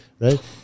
right